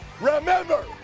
Remember